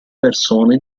persone